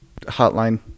hotline